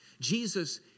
Jesus